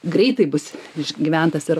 greitai bus išgyventas ir